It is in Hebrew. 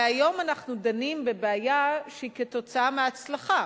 הרי היום אנחנו דנים בבעיה שהיא תוצאה מהצלחה,